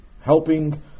helping